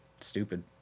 Stupid